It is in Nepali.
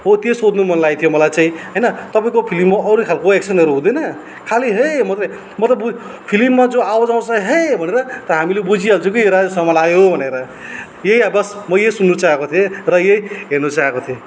हो त्यो सोध्नु मन लागेको थियो मलाई चाहिँ होइन तपाईँको फ्लिममा अरू खालको एक्सनहरू हुँदैन खालि है मात्रै म त बु फिल्ममा जो आवाज आउँछ है भनेर त हामीले बुझिहाल्छौँ कि यो राजेश हमाल आयो भनेर यही बस् म यही सुन्नु चाहेको थिएँ र यही हेर्नु चाहेको थिएँ